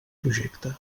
projecte